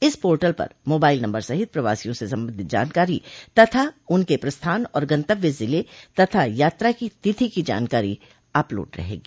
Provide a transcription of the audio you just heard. इस पोर्टल पर mobile number सहित प्रवासियों से संबंधित जानकारी तथा उनके प्रस्थान और गंतव्य जिले तथा यात्रा की तिथि की जानकारी अपलोड रहेगी